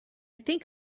think